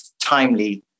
timely